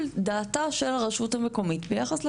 דעתה של הרשות המקומית ביחס לפרויקט.